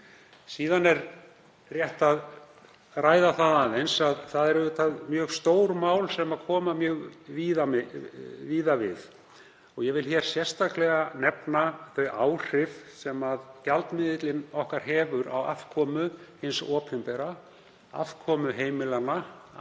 Síðan er rétt að ræða aðeins að það eru auðvitað mjög stór mál sem koma mjög víða við. Ég vil sérstaklega nefna þau áhrif sem gjaldmiðillinn okkar hefur á afkomu hins opinbera, afkomu heimilanna, afkomu